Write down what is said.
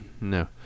No